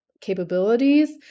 capabilities